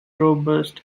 robust